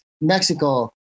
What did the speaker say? Mexico